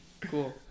Cool